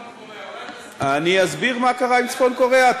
מה קרה עם צפון-קוריאה?